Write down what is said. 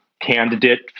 candidate